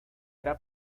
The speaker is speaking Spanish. era